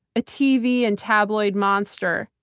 a tv and tabloid monster,